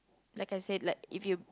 like I said like if you